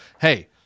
Hey